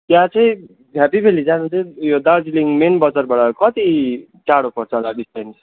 त्यहाँ चाहिँ Happy Valley जाँदा चाहिँ उयो जुन मेन बजारबाट कति टाढो पर्छ होला डिस्टेन्स